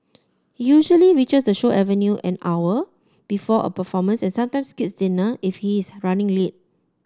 he usually reaches the show avenue an hour before a performance and sometimes skips dinner if he is running late